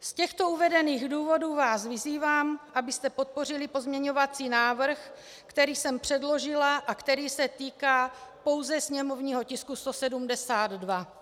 Z těchto uvedených důvodů vás vyzývám, abyste podpořili pozměňovací návrh, který jsem předložila a který se týká pouze sněmovního tisku 172.